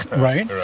right?